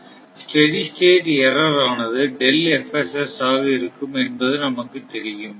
steady state error ஆனதுஆக இருக்கும் என்பது நமக்குத் தெரியும்